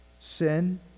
sin